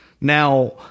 Now